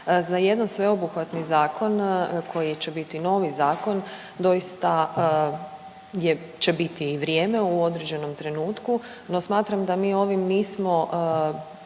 Za jedan sveobuhvatni zakon koji će biti novi zakon doista je će biti i vrijeme u određenom trenutku. Ne smatram da mi ovim nismo